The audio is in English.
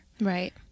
Right